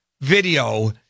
video